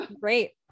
great